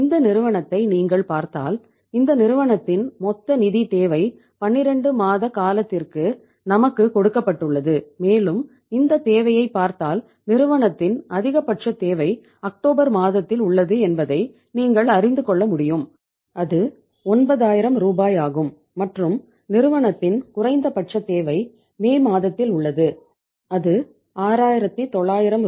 இந்த நிறுவனத்தை நீங்கள் பார்த்தால் இந்த நிறுவனத்தின் மொத்த நிதித் தேவை 12 மாத காலத்திற்கு நமக்கு கொடுக்கப்பட்டுள்ளது மேலும் இந்தத் தேவையைப் பார்த்தால் நிறுவனத்தின் அதிகபட்ச தேவை அக்டோபர் மாதத்தில் உள்ளது அது 6900 ரூ